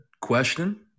question